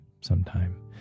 sometime